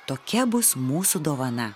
tokia bus mūsų dovana